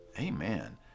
Amen